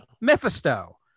Mephisto